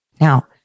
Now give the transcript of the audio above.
Now